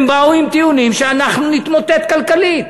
הם באו עם טיעונים שאנחנו נתמוטט כלכלית.